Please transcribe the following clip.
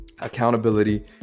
accountability